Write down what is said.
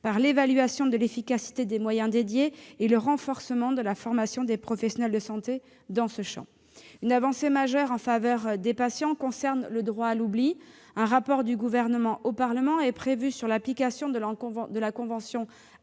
par l'évaluation de l'efficacité des moyens dédiés et par le renforcement de la formation des professionnels de santé dans ce champ. Une avancée majeure en faveur des patients concerne le droit à l'oubli. Un rapport du Gouvernement au Parlement est prévu sur l'application de la convention Aeras-